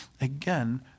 again